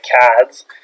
CADS